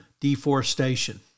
deforestation